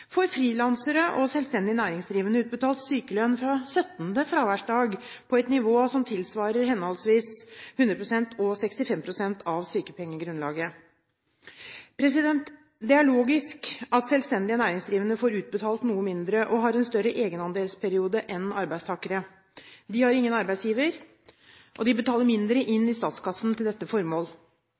frilansere og selvstendig næringsdrivende utbetalt sykelønn fra 17. fraværsdag på et nivå som tilsvarer henholdsvis 100 pst. og 65 pst. av sykepengegrunnlaget. Det er logisk at selvstendig næringsdrivende får utbetalt noe mindre og har en større egenandelsperiode enn arbeidstakere. De har ingen arbeidsgiver, og de betaler mindre inn i statskassen til dette